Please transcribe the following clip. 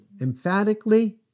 Emphatically